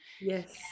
Yes